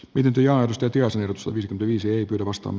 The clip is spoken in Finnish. pidentyjaostot ja se sopisi työllisyyttä vastaan